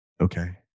Okay